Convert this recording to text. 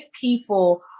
people